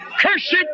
Cursed